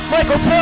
Michael